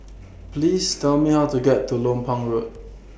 Please Tell Me How to get to Lompang Road